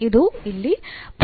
ಇದು ಇಲ್ಲಿ ಪ್ರತ್ಯೇಕವಾಗಿದೆ